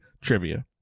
trivia